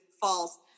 false